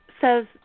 says